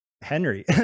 henry